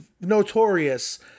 notorious